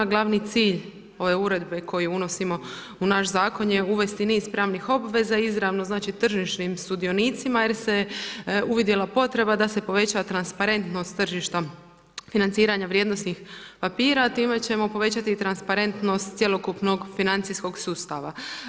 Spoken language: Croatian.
Glavni cilj ove uredbe koji unosimo u naš zakon je uvesti niz pravnih obveza izravno tržišnim sudionicama jer se uvidjela potreba da se poveća transparentnost tržištem financiranja vrijednosnih papira, time ćemo povećati i transparentnost cjelokupnog financijskog sustava.